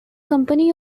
company